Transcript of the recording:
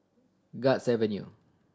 Guards Avenue